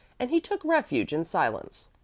and he took refuge in silence.